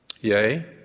Yea